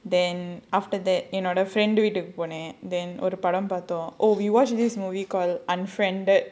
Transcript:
then after that in order வீட்டுக்கு போனேன்:veetukku ponaen then ஒரு படம் பார்த்தோம்:oru padam paarthom oh we watch this movie called unfriended